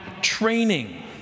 training